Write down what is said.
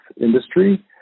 industry